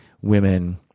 women